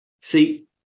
See